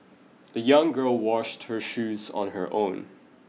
the young girl washed her shoes on her own